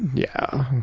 yeah.